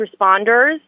responders